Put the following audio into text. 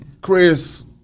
Chris